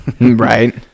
Right